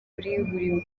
kuri